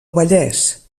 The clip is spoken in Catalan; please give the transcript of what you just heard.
vallès